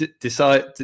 decide